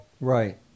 Right